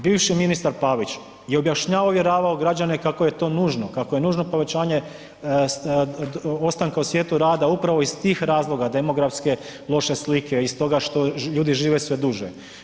Bivši ministar Pavić je objašnjavao i uvjeravao građane kako je to nužno, kako je nužno povećanje ostanka u svijetu rada upravo iz tih razloga demografske loše slike i stoga što ljudi žive sve duže.